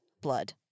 blood